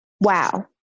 wow